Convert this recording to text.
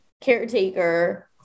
caretaker